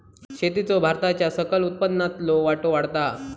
शेतीचो भारताच्या सकल उत्पन्नातलो वाटो वाढता हा